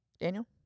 Daniel